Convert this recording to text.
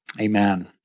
Amen